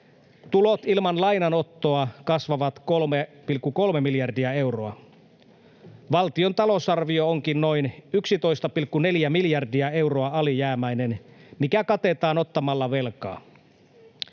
tulot ilman lainanottoa kasvavat 3,3 miljardia euroa. Valtion talousarvio onkin noin 11,4 miljardia euroa alijäämäinen, mikä katetaan ottamalla velkaa.